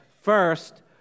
first